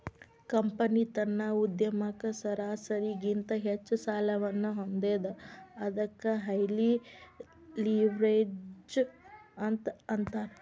company ತನ್ನ ಉದ್ಯಮಕ್ಕ ಸರಾಸರಿಗಿಂತ ಹೆಚ್ಚ ಸಾಲವನ್ನ ಹೊಂದೇದ ಅದಕ್ಕ ಹೈಲಿ ಲಿವ್ರೇಜ್ಡ್ ಅಂತ್ ಅಂತಾರ